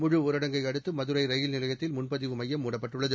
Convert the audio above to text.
முழுஊரடங்கை அடுத்து மதுரை ரயில் நிலையத்தில் முன்பதிவு மையம் மூடப்பட்டுள்ளது